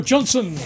Johnson